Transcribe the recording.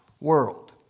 world